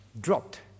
dropped